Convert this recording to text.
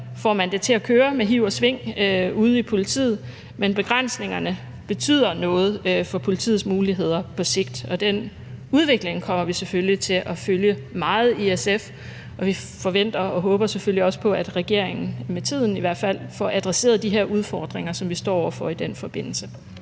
får man det til at køre med hiv og sving i politiet udeomkring, men begrænsningerne betyder noget for politiets muligheder på sigt, og den udvikling kommer vi i SF selvfølgelig til at følge meget med i, og vi forventer og håber selvfølgelig også på, at regeringen med tiden i hvert fald får adresseret de her udfordringer, som vi står over for i den forbindelse.